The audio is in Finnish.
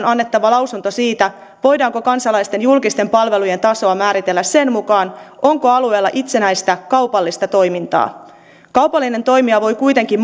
on aikanaan annettava lausunto siitä voidaanko kansalaisten julkisten palvelujen tasoa määritellä sen mukaan onko alueella itsenäistä kaupallista toimintaa kaupallinen toimija voi kuitenkin